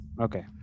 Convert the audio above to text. Okay